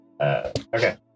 Okay